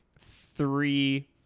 three